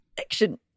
action